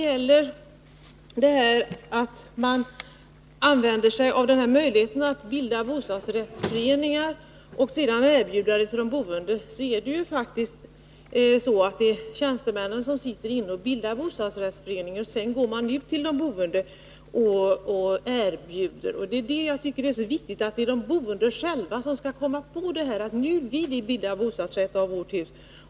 När man använder sig av möjligheten att bilda bostadsrättsföreningar och sedan erbjuda dem till de boende är det faktiskt tjänstemännen som sitter på sina kontor och bildar bostadsrättsföreningarna och sedan går ut till de boende och erbjuder dem dessa bostadsrätter. Vad jag tycker är särskilt viktigt är att det är de boende själva som kommer fram till beslutet: Nu vill vi själva bilda bostadsrätt av vårt hus.